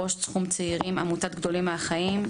ראש תחום צעירים בעמותת ׳גדולים מהחיים׳.